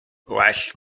well